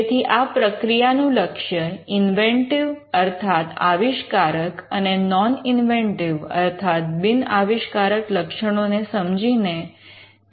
તેથી આ પ્રક્રિયાનું લક્ષ્ય ઇન્વેન્ટિવ અર્થાત આવિષ્કારક અને નૉન ઇન્વેન્ટિવ અર્થાત બિન આવિષ્કારક લક્ષણો ને સમજીને તેમને અળગા પાડવાનું હોવું જોઈએ